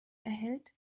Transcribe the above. erhält